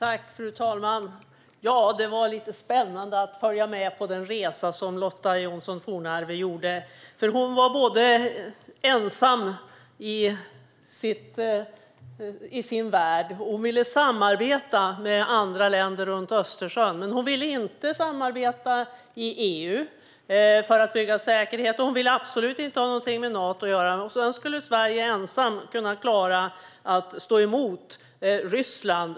Fru talman! Det var lite spännande att följa med på den resa som Lotta Johnsson Fornarve gjorde. Hon var både ensam i sin värld och ville samarbeta med andra länder runt Östersjön. Men hon ville inte samarbeta i EU för att bygga säkerhet, och hon ville absolut inte ha någonting med Nato att göra. Sedan skulle Sverige ensamt kunna klara att stå emot Ryssland.